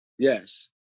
Yes